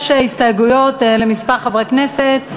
יש הסתייגויות לכמה חברי כנסת.